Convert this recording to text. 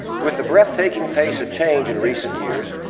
with the breathtaking pace of change in recent years,